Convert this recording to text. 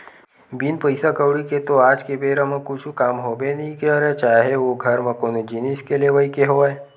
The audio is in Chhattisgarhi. बिन पइसा कउड़ी के तो आज के बेरा म कुछु काम होबे नइ करय चाहे ओ घर म कोनो जिनिस के लेवई के होवय